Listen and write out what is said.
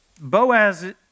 Boaz